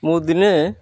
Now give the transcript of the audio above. ମୁଁ ଦିନେ